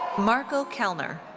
marco kelner.